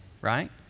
right